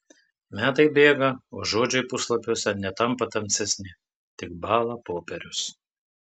metai bėga o žodžiai puslapiuose netampa tamsesni tik bąla popierius